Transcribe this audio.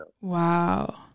Wow